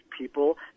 people